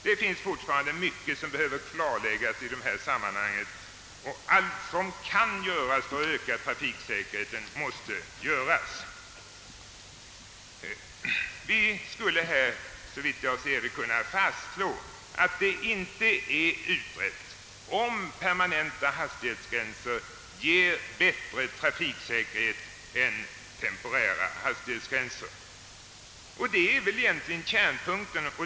Det finns fortfarande mycket som behöver klarläggas i detta sammanhang, och allt som kan göras för att öka trafiksäkerheten måste också göras. Vi skulle kunna fastslå att det inte är utrett om permanenta hastighetsgränser ger bättre trafiksäkerhet än temporära sådana. Det är väl egentligen själva kärnpunkten.